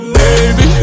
baby